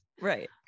right